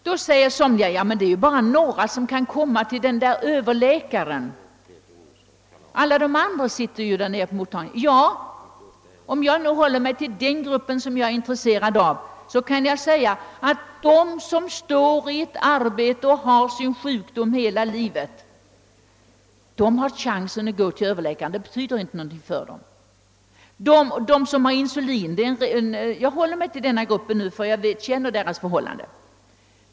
Då invänder somliga: Men det är bara några få, som kan komma till den där överläkaren! Alla de andra sitter nere på poliklinikmottagningen. Om jag nu håller mig till gruppen diabetiker, som jag är intresserad av och vars förhållanden jag känner till, kan jag säga, att de som står uppe i ett arbete och har sin sjukdom att dras med under hela livet har chansen att gå till överläkaren, kostnaden betyder inte något för dem.